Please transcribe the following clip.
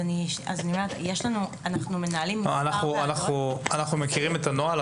אנחנו מכירים את הנוהל,